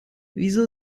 wieso